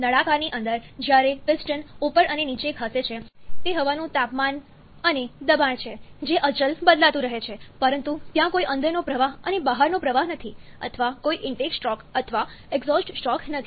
નળાકારની અંદર જ્યારે પિસ્ટન ઉપર અને નીચે ખસે છે તે હવાનું તાપમાન અને દબાણ છે જે અચલ બદલાતું રહે છે પરંતુ ત્યાં કોઈ અંદરનો પ્રવાહ અને બહારનો પ્રવાહ નથી અથવા કોઈ ઇન્ટેક સ્ટ્રોક અથવા એક્ઝોસ્ટ સ્ટ્રોક નથી